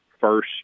first